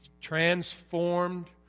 transformed